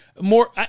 more